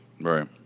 Right